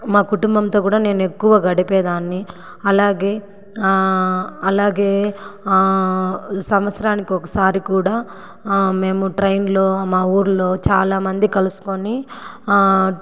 మా కుటుంబంతో కూడా నేను ఎక్కువగా గడిపేదాన్ని అలాగే అలాగే సంవత్సరానికి ఒకసారి కూడా మేము ట్రైన్లో మా ఊళ్ళో చాలామంది కలుసుకొని